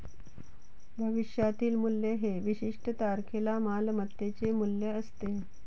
भविष्यातील मूल्य हे विशिष्ट तारखेला मालमत्तेचे मूल्य असते